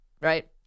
Right